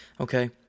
Okay